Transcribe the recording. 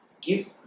give